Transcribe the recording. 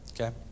Okay